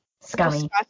scummy